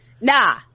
nah